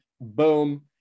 Boom